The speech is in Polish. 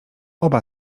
oba